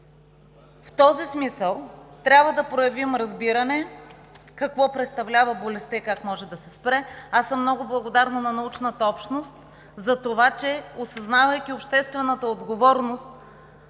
В този смисъл трябва да проявим разбиране какво представлява болестта и как може да се спре. Аз съм много благодарна на научната общност за това, че, осъзнавайки обществената отговорност,